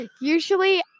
usually